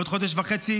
בעוד חודש וחצי